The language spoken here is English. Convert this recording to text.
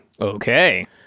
Okay